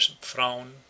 frown